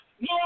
No